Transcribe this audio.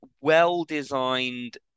well-designed